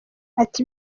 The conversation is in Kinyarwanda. ati